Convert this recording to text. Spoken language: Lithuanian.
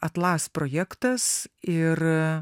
atlas projektas ir